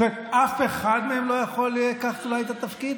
אף אחד מהם לא יכול אולי לקחת את התפקיד?